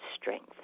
strength